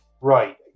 Right